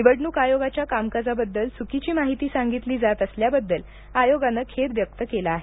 निवडणूक आयोगाच्या कामकाजाबद्दल चुकीची माहिती सांगितली जात असल्याबद्दल आयोगानं खेद व्यक्त केला आहे